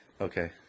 Okay